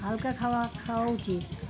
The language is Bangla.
হালকা খাবার খাওয়া উচিত